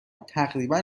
تقریبا